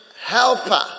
helper